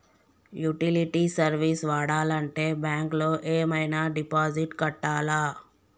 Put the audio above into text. Utility service వాడాలంటే bank లో ఏమైనా డిపాజిట్ కట్టాలా?